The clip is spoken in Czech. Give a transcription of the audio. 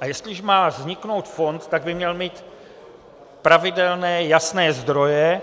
A jestliže má vzniknout fond, tak by měl mít pravidelné, jasné zdroje,